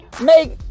make